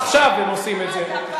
עכשיו, הם עושים את זה.